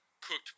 Cooked